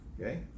Okay